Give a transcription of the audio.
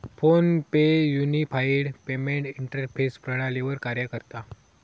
phone पे unified payment interface प्रणालीवर कार्य करता